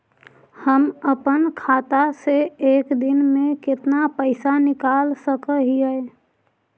हम अपन खाता से एक दिन में कितना पैसा निकाल सक हिय?